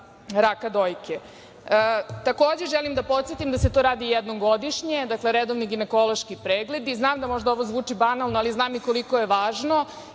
raka dojke. Takođe, želim da podsetim da se to radi jednom godišnje, dakle redovni ginekološki pregledi. Znam da ovo možda zvuči banalno, ali znam i koliko je važno